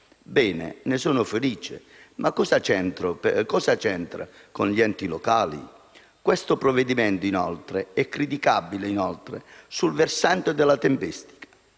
Bene, ne sono felice. Ma cosa c'entra con gli enti locali? Questo provvedimento, inoltre, è criticabile sul versante della tempistica.